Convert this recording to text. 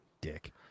Dick